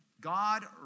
God